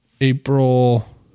April